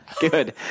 Good